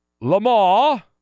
Lamar